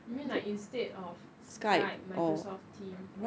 you mean like instead of Skye Microsoft team